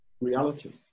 reality